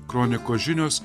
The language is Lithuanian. kronikos žinios